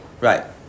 Right